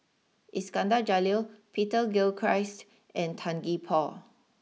Iskandar Jalil Peter Gilchrist and Tan Gee Paw